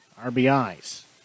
RBIs